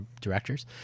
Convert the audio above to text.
directors